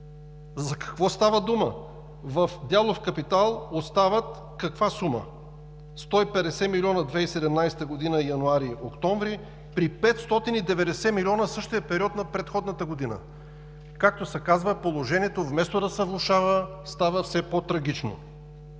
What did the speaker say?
За какво става дума? В дялов капитал остава каква сума – 150 милиона в 2017 г, януари – октомври, при 590 милиона в същия период на предходната година. Както се казва, положението вместо да се влошава, става все по-трагично!